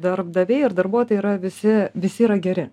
darbdaviai ir darbuotojai yra visi visi yra geri